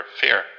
fear